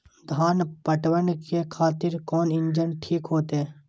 धान पटवन के खातिर कोन इंजन ठीक होते?